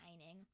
Shining